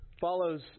follows